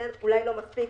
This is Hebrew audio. אולי לא מספיק,